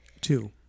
Two